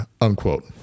unquote